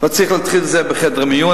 וצריך להתחיל את זה בחדרי מיון,